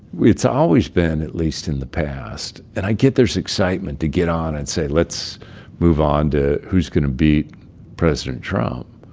it's always been, at least in the past and i get there's excitement to get on and say, let's move on to who's going to beat president trump.